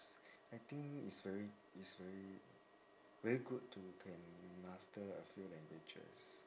I think it's very it's very very good to can master a few languages